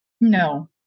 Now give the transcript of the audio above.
No